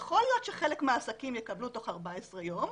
יכול להיות שחלק מהעסקים יקבלו תוך 14 ימים,